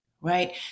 Right